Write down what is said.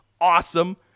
awesome